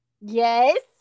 Yes